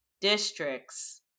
districts